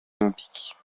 olympiques